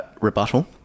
rebuttal